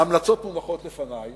ההמלצות מונחות לפני,